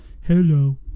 Hello